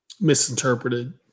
misinterpreted